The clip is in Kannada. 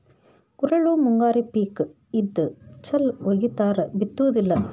ಗುರೆಳ್ಳು ಮುಂಗಾರಿ ಪಿಕ್ ಇದ್ದ ಚಲ್ ವಗಿತಾರ ಬಿತ್ತುದಿಲ್ಲಾ